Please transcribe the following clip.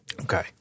Okay